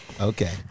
okay